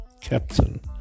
captain